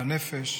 בנפש,